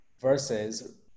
versus